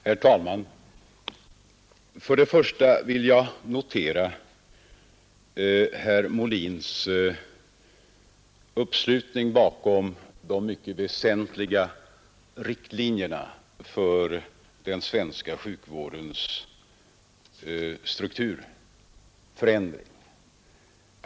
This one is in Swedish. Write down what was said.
Herr talman! Först vill jag notera herr Molins uppslutning bakom de mycket väsentliga riktlinjerna för den svenska sjukvårdens strukturförändring.